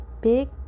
big